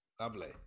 Lovely